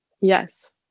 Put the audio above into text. yes